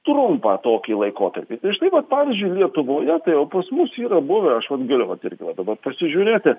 trumpą tokį laikotarpį štai vat pavyzdžiui lietuvoje tai o pas mus yra buvę aš vat galiu vat irgi va dabar pasižiūrėti